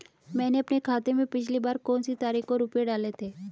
मैंने अपने खाते में पिछली बार कौनसी तारीख को रुपये डाले थे?